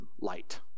light